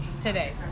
today